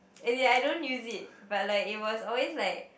as in I don't use it but like it was always like